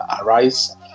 arise